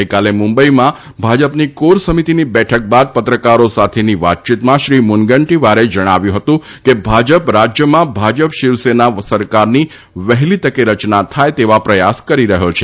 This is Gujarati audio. ગઈકાલે મુંબઈમાં ભાજપની કોર સમિતીની બેઠક બાદ પત્રકારો સાથેની વાતચીતમાં શ્રી મુનગંટીવારે જણાવ્યું હતું કે ભાજપ રાજ્યમાં ભાજપ શિવસેના સરકારની વહેલી તકે રચના થાય તેવા પ્રયાસ કરી રહ્યો છે